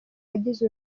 bagize